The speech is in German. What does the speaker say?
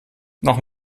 noch